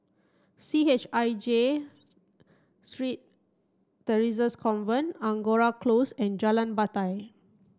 C H I J Theresa's Convent Angora Close and Jalan Batai